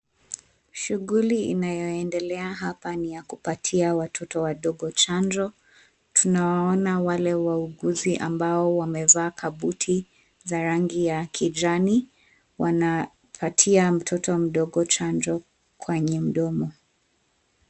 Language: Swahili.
Shughuli inayoendelea hapa ni ya kupatia watoto wadogo chanjo. Tunawaona wale wauguzi ambao wamevaa kabuti za rangi ya kijani. Wanapatia mtoto mdogo chanjo kwenye mdomo.